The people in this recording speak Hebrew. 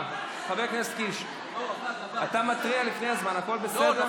חבר הכנסת קיש, אתה מתריע לפני הזמן, הכול בסדר.